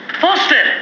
Foster